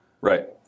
Right